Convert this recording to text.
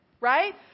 Right